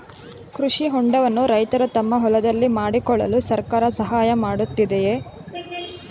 ಕೃಷಿ ಹೊಂಡವನ್ನು ರೈತರು ತಮ್ಮ ಹೊಲದಲ್ಲಿ ಮಾಡಿಕೊಳ್ಳಲು ಸರ್ಕಾರ ಸಹಾಯ ಮಾಡುತ್ತಿದೆಯೇ?